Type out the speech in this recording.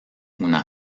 una